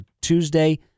Tuesday